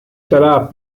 sarà